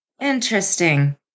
Interesting